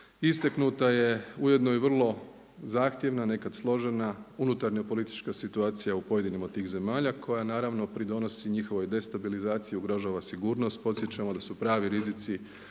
Istaknuta je ujedno i vrlo zahtjevna, nekad složena unutarnja politička situacija u pojedinim od tih zemalja koja naravno pridonosi njihovoj destabilizaciji, ugrožava sigurnost. Podsjećamo da su pravi rizici